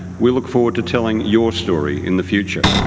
we look forward to telling your story in the future.